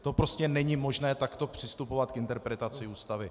To prostě není možné takto přistupovat k interpretaci Ústavy.